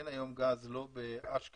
אין היום גז, לא באשקלון